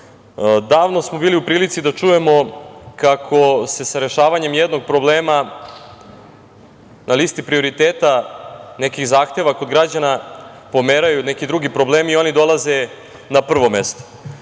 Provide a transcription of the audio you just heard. smo bili u prilici da čujemo kako se sa rešavanjem jednog problema na listi prioriteta nekih zahteva kod građana pomeraju neki drugi problemi i oni dolaze na prvom